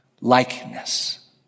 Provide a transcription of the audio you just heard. likeness